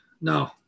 no